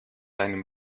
einem